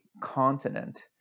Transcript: continent